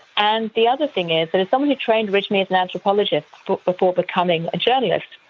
and the other thing is that, as someone who trained originally as an anthropologist before becoming a journalist,